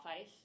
ice